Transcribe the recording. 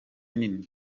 nini